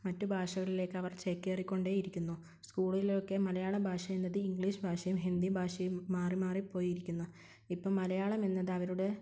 മറ്റു ഭാഷകളിലേക്ക് അവർ ചേക്കേറിക്കൊണ്ടേ ഇരിക്കുന്നു സ്കൂളിലൊക്കെ മലയാളഭാഷ എന്നത് ഇംഗ്ലീഷ് ഭാഷയും ഹിന്ദി ഭാഷയും മാറി മാറി പോയിരിക്കുന്നു ഇപ്പം മലയാളം എന്നത് അവരുടെ